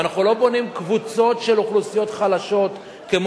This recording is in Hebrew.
ואנחנו לא בונים קבוצות של אוכלוסיות חלשות כמו